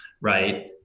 Right